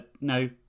no